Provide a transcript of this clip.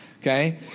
Okay